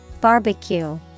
Barbecue